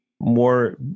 more